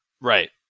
Right